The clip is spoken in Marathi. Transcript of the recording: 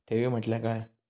ठेवी म्हटल्या काय?